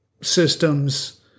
systems